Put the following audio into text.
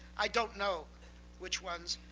i don't know which ones,